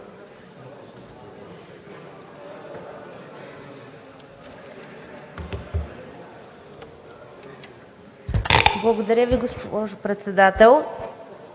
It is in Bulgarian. Благодаря Ви, госпожо Председател.